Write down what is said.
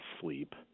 sleep